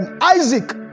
Isaac